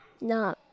No